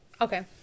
Okay